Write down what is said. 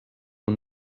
who